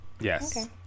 Yes